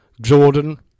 Jordan